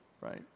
right